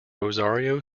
rosario